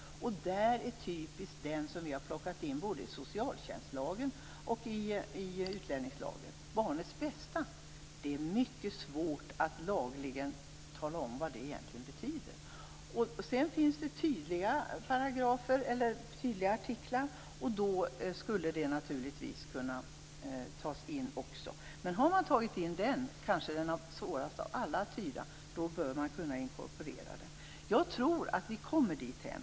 Typisk är där det som vi har plockat in både i socialtjänstlagen och i utlänningslagen. Det gäller barnets bästa. Det är mycket svårt att lagligen tala om vad det egentligen betyder. Sedan finns det också tydliga paragrafer eller artiklar. Dessa skulle naturligtvis också kunna tas in. Har man tagit in dem som kanske är svårast att tyda av alla så bör man kunna inkorporera det här. Jag tror också att vi kommer dithän.